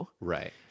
right